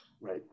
Right